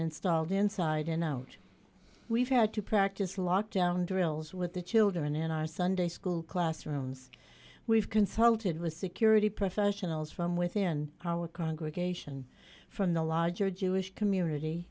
installed inside and out we've had to practice lockdown drills with the children in our sunday school classrooms we've consulted with security professionals from within our congregation from the larger jewish community